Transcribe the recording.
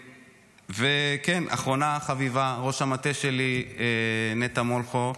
וכן, אחרונה חביבה, ראש המטה שלי, נטע מולכו,